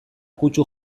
kutsu